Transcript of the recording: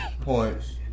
Points